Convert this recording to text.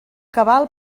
cabal